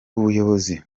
ubuyobozi